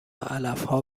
علفها